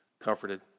comforted